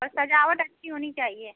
पर सज़ावट अच्छी होनी चाहिए